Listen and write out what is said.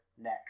neck